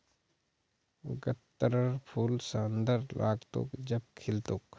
गत्त्रर फूल सुंदर लाग्तोक जब खिल तोक